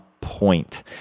point